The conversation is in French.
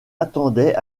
attendait